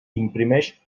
imprimeix